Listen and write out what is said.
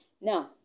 Now